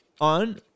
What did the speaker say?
on